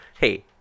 Hey